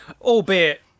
albeit